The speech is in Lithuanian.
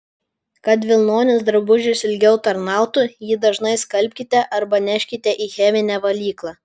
kad vilnonis drabužis ilgiau tarnautų jį dažnai skalbkite arba neškite į cheminę valyklą